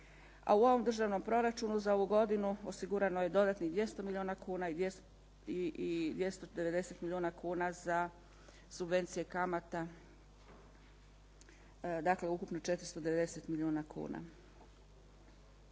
a u ovom državnom proračunu za ovu godinu osigurano je dodatnih 200 milijuna kuna i 290 milijuna kuna za subvencije kamata, dakle ukupno 490 milijuna kuna.